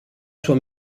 sua